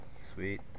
Sweet